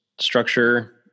structure